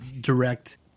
direct